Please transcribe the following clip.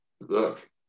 look